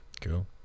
Cool